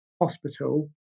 hospital